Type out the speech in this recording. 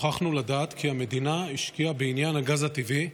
נוכחנו לדעת כי המדינה השקיעה בעניין הגז הטבעי,